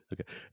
Okay